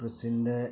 കൃഷീൻ്റെ